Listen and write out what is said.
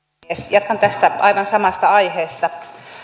jatkan tästä aivan samasta aiheesta